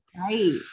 right